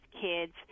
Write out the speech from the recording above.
kids